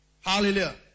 Hallelujah